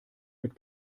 mit